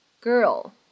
girl